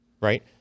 right